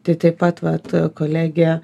tai taip pat vat kolegė